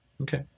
Okay